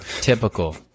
typical